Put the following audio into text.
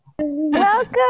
Welcome